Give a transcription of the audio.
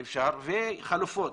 מדיניות וחלופות.